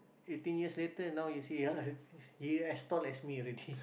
eighteen years later now you see ah he as tall as me already